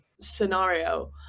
scenario